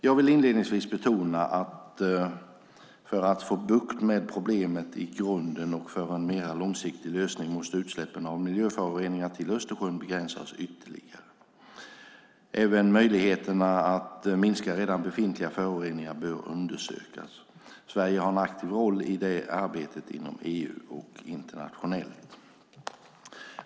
Jag vill inledningsvis betona att för att få bukt med problemet i grunden och för en mera långsiktig lösning måste utsläppen av miljöföroreningar till Östersjön begränsas ytterligare. Även möjligheterna att minska redan befintliga föroreningar bör undersökas. Sverige har en aktiv roll i det arbetet inom EU och internationellt.